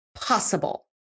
possible